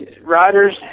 riders